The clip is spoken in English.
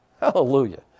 Hallelujah